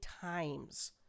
times